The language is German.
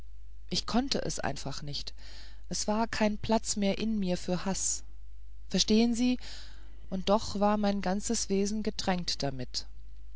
ich konnte einfach nicht es war kein platz mehr in mir für haß verstehen sie und doch war mein ganzes wesen getränkt damit